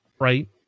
right